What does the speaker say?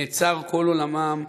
נעצר כל עולמם,